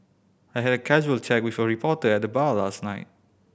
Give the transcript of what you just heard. I had a casual chat with a reporter at the bar last night